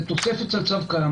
זאת תוספת על צו קיים.